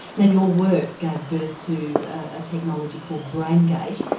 now your work gave birth to a technology called brain gate,